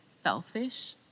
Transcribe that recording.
Selfish